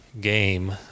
game